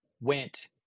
went